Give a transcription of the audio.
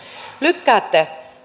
lykkäätte